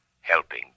helping